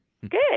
Good